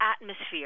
atmosphere